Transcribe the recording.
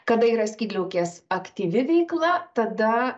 kada yra skydliaukės aktyvi veikla tada